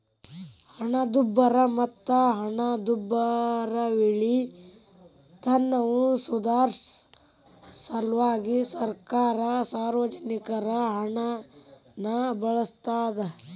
ಹಣದುಬ್ಬರ ಮತ್ತ ಹಣದುಬ್ಬರವಿಳಿತವನ್ನ ಸುಧಾರ್ಸ ಸಲ್ವಾಗಿ ಸರ್ಕಾರ ಸಾರ್ವಜನಿಕರ ಹಣನ ಬಳಸ್ತಾದ